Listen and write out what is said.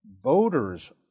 voters